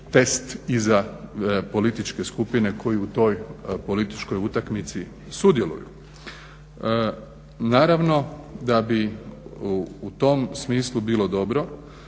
i za političke skupine koji u toj političkoj utakmici sudjeluju. Naravno da bi u tom smislu bilo dobro